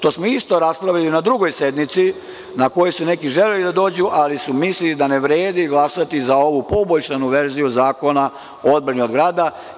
To smo isto raspravljali na drugoj sednici, na koju su neki želeli da dođu, ali su mislili da ne vredi glasati za ovu poboljšanu verziju Zakona o odbrani od grada.